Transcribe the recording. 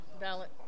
ballot